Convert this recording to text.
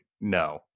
No